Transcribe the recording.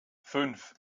fünf